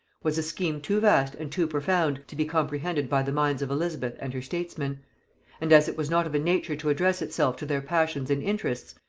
was a scheme too vast and too profound to be comprehended by the minds of elizabeth and her statesmen and as it was not of a nature to address itself to their passions and interests,